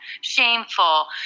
shameful